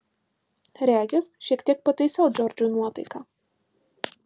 regis šiek tiek pataisiau džordžui nuotaiką